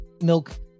milk